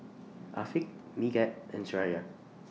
Afiq Megat and Suraya